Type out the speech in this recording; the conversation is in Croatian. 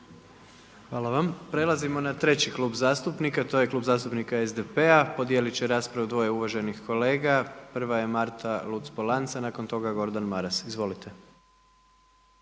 Hvala vam. Prelazimo na treći klub zastupnika, to je Klub zastupnika SDP-a. Podijelit će raspravu dvoje uvaženih kolega. Prva je Marta Luc-Polanc, a nakon toga Gordan Maras. Izvolite.